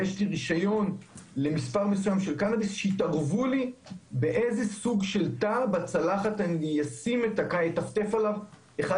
הרישיון הסתיים ביולי 2021. עד עצם היום הזה לא הצלחנו להאריך את